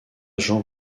jean